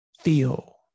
feel